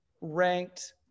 ranked